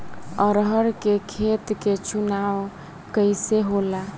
अरहर के खेत के चुनाव कइसे होला?